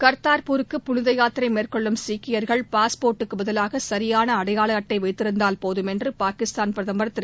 கர்தார்பூருக்கு புனித யாத்திரை மேற்கொள்ளும் சீக்கியர்கள் பாஸ்போர்ட் க்குப் பதிலாக சரியான அடையாள அட்டை வைத்திருந்தால் போதும் என்று பாகிஸ்தான் பிரதமர் திரு